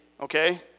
Okay